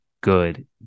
good